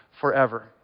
forever